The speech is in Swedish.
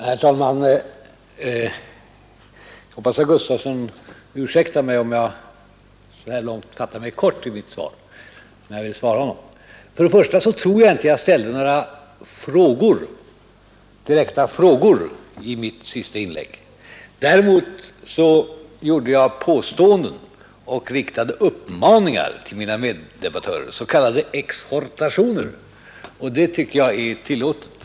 Herr talman! Jag hoppas att herr Gustafson i Göteborg ursäktar om jag i detta skede av debatten fattar mig kort, när jag svarar på hans frågor. För det första tror jag inte att jag ställde några direkta frågor i mitt senaste inlägg. Däremot gjorde jag en del påståenden och riktade uppmaningar — s.k. exhortationer — till mina meddebattörer. Det tycker jag kan vara tillåtet.